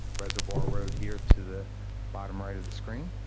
reservoir road, here, to the bottom right of the screen.